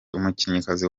umukinnyikazi